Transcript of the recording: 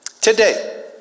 Today